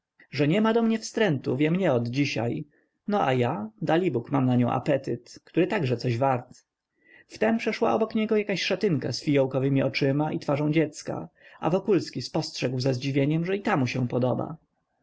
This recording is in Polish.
że nie ma do mnie wstrętu wiem nie od dzisiaj no a ja dalibóg mam na nią apetyt który także coś wart wtem przeszła obok niego jakaś szatynka z fijołkowemi oczyma i twarzą dziecka a wokulski spostrzegł ze zdziwieniem że i ta mu się podoba